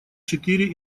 четыре